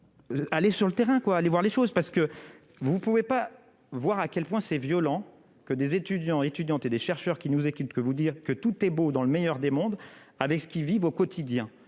Allez sur le terrain, quoi, allez voir les choses parce que vous ne pouvez pas voir à quel point c'est violent que des étudiants et étudiantes et des chercheurs qui nous écoutent que vous dire que tout est beau dans le meilleur des mondes avec ceux qui vivent au quotidien